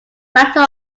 battle